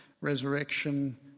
resurrection